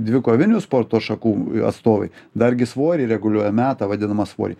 dvikovinių sporto šakų atstovai dargi svorį reguliuojam meta vadinamą svorį